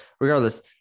regardless